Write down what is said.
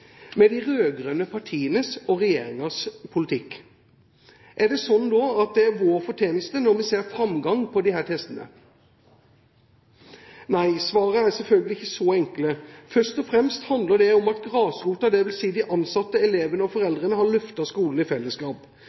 med de rød-grønne partienes og regjeringens politikk. Er det sånn at det er vår fortjeneste når vi nå ser framgang på disse testene? Nei, svaret er selvfølgelig ikke så enkelt. Først og fremst handler det om at grasrota, dvs. de ansatte, elevene og foreldrene, har løftet skolen i fellesskap.